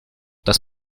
das